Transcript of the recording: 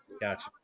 gotcha